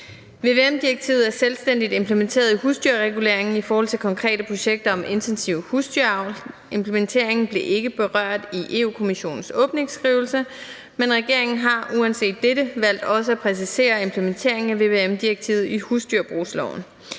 Vvm-direktivet er selvstændigt implementeret i husdyrreguleringen i forhold til konkrete projekter om intensiv husdyravl. Implementeringen blev ikke berørt i Europa-Kommissionens åbningsskrivelse, men regeringen har uanset dette valgt også at præcisere implementeringen af vvm-direktivet i husdyrbrugloven.